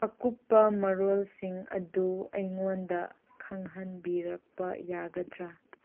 ꯑꯀꯨꯞꯄ ꯃꯔꯣꯜꯁꯤꯡ ꯑꯗꯨ ꯑꯩꯉꯣꯟꯗ ꯈꯪꯍꯟꯕꯤꯔꯛꯄ ꯌꯥꯒꯗ꯭ꯔꯥ